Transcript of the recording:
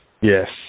Yes